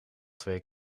twee